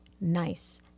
Nice